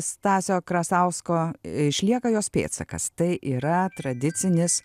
stasio krasausko išlieka jos pėdsakas tai yra tradicinis